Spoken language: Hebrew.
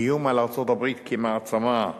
איום על ארצות-הברית כמעצמה.